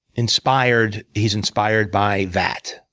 inspired, he's inspired by that.